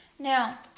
Now